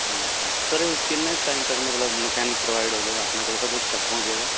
ਹਾਂਜੀ sir sir ਇਹ ਕਿੰਨੇ ਕ ਟਾਈਮ ਤੱਕ ਮਤਲਬ ਮਕੈਨਿਕ ਪ੍ਰੋਵਾਈਡ ਹੋ ਜਾਣਾ ਆਪਣੇ ਕੋਲ ਕਦੋਂ ਕ ਤੱਕ ਪਹੁੰਚ ਜਾਏਗਾ